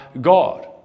God